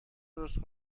درست